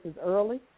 early